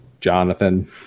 Jonathan